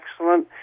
excellent